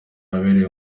yabereye